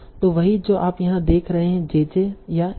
तो वही जो आप यहाँ देख रहे हैं JJ या NN